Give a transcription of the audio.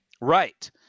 Right